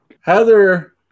Heather